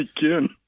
begin